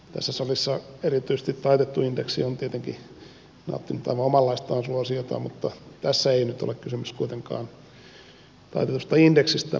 tässä salissa erityisesti taitettu indeksi on tietenkin nauttinut aivan omanlaistaan suosiota mutta tässä ei nyt ole kysymys kuitenkaan taitetusta indeksistä